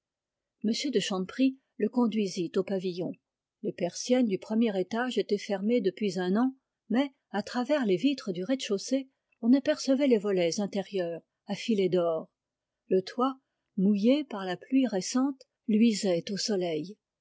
de chanteprie le conduisit au pavillon les persiennes du premier étage étaient fermées depuis un an mais à travers les vitres du rez-de-chaussée on apercevait les volets intérieurs à filets d'or le toit mouillé par la pluie récente luisait au soleil